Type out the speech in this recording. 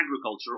agriculture